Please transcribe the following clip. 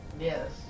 Yes